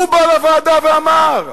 הוא בא לוועדה ואמר.